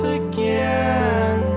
again